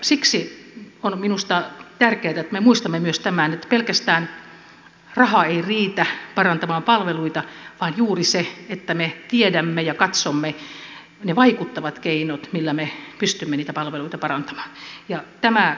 siksi on minusta tärkeätä että me muistamme myös tämän että pelkästään raha ei riitä parantamaan palveluita vaan juuri se että me tiedämme ja katsomme ne vaikuttavat keinot millä me pystymme niitä palveluita parantamaan